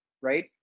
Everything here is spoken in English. right